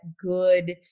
good